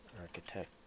Architect